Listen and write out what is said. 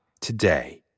today